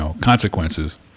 consequences